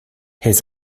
his